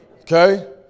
okay